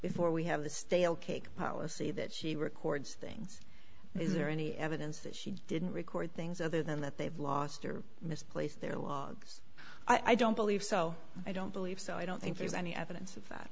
before we have the stale cake policy that she records things is there any evidence that she didn't record things other than that they've lost or misplaced their logs i don't believe so i don't believe so i don't think there's any evidence of